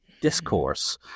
discourse